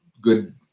good